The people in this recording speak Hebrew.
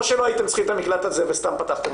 או שלא הייתם צריכים את המקלט הזה וסתם פתחתם